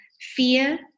fear